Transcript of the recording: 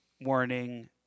warning